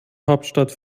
hauptstadt